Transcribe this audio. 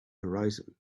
horizon